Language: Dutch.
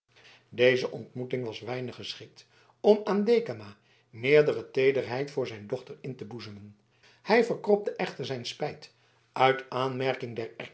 deze ontmoeting was weinig geschikt om aan dekama meerdere teederheid voor zijn dochter in te boezemen hij verkropte echter zijn spijt uit aanmerking